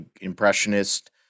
impressionist